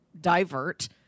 divert